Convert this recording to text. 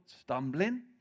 stumbling